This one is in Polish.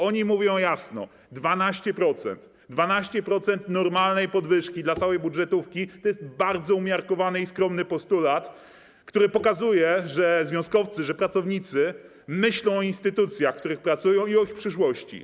Oni mówią jasno, że 12% normalnej podwyżki dla całej budżetówki to jest bardzo umiarkowany i skromny postulat, który pokazuje, że związkowcy, że pracownicy myślą o instytucjach, w których pracują, i o ich przyszłości.